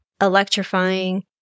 electrifying